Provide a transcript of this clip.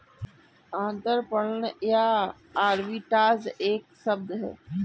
अंतरपणन या आर्बिट्राज एक फ्रेंच शब्द है